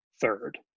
third